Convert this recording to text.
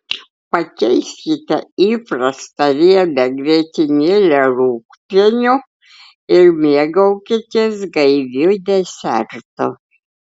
pakeiskite įprastą riebią grietinėlę rūgpieniu ir mėgaukitės gaiviu desertu